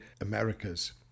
Americas